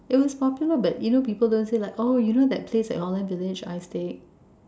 it was popular but you know people don't say like oh you know that place at holland village I steak